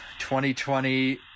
2020